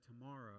tomorrow